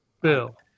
Bill